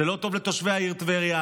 זה לא טוב לתושבי העיר טבריה,